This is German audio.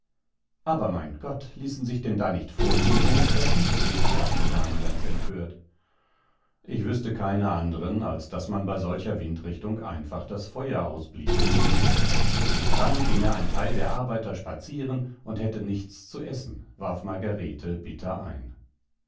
aber mein gott ließen sich denn da nicht vorkehrungen treffen rief die alte dame ganz empört ich wüßte keine anderen als daß man bei solcher windrichtung einfach das feuer ausbliese und dann ginge ein teil der arbeiter spazieren und hätte nichts zu essen warf margarete bitter ein